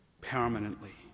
permanently